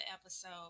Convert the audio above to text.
episode